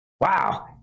Wow